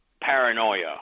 paranoia